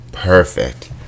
Perfect